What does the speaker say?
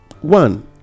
one